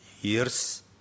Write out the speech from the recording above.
years